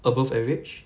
above average